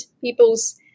people's